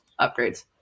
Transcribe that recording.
upgrades